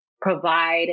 provide